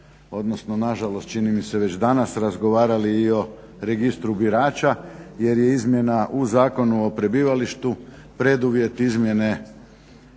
odnosno nažalost čini mi se već danas razgovarali i o registru birača jer je izmjena u Zakonu o prebivalištu preduvjet izmjene